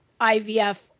IVF